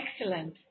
Excellent